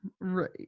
Right